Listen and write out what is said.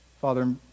Father